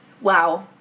Wow